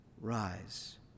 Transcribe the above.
rise